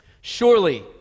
Surely